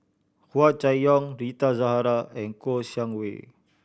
Hua Chai Yong Rita Zahara and Kouo Shang Wei